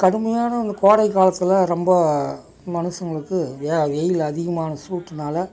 கடுமையான அந்த கோடை காலத்தில் ரொம்ப மனுசங்களுக்கு வெயில் அதிகமான சூட்டுனால்